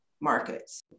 markets